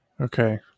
Okay